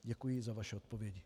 Děkuji za vaši odpověď.